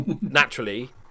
naturally